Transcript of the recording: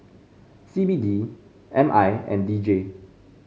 C B D M I and D J